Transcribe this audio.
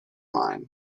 mine